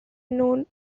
known